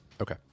okay